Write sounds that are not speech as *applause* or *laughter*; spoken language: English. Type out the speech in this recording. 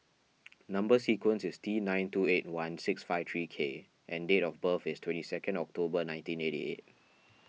*noise* Number Sequence is T nine two eight one six five three K and date of birth is twenty second October nineteen eighty eight